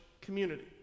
community